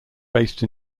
based